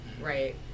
right